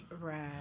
Right